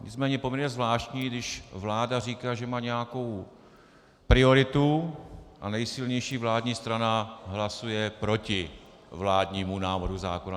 Nicméně je poměrně zvláštní, když vláda říká, že má nějakou prioritu, a nejsilnější vládní strana hlasuje proti vládnímu návrhu zákona.